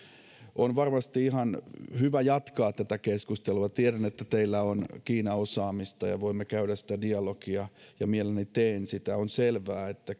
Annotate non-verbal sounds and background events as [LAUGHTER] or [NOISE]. on varmasti ihan hyvä jatkaa tätä keskustelua tiedän että teillä on kiina osaamista ja voimme käydä sitä dialogia ja mielelläni teen sitä on selvää että [UNINTELLIGIBLE]